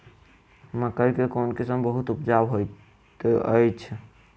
मकई केँ कोण किसिम बहुत उपजाउ होए तऽ अछि?